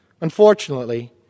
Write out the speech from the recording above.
Unfortunately